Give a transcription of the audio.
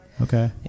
Okay